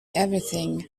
everything